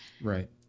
Right